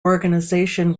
organization